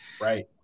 right